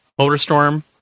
Motorstorm